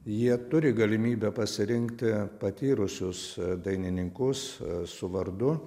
jie turi galimybę pasirinkti patyrusius dainininkus su vardu